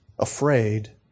afraid